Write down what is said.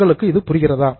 உங்களுக்கு இது புரிகிறதா